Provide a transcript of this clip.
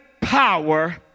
power